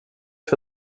for